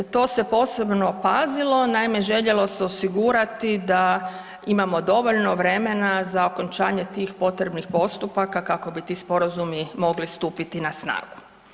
To se posebno pazilo, naime, željelo se osigurati da imamo dovoljno vremena za okončanje tih potrebnih postupaka kako bi ti sporazumi mogli stupiti na snagu.